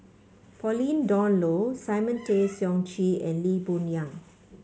Pauline Dawn Loh Simon Tay Seong Chee and Lee Boon Yang